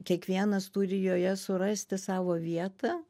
kiekvienas turi joje surasti savo vietą